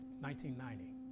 1990